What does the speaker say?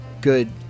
good